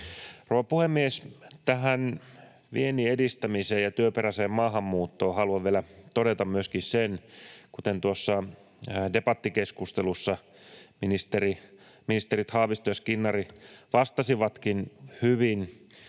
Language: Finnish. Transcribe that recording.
puhemies! Tähän vienninedistämiseen ja työperäiseen maahanmuuttoon haluan vielä todeta myöskin sen, kuten tuossa debattikeskustelussa ministerit Haavisto ja Skinnari vastasivatkin hyvin